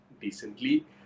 decently